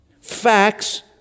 Facts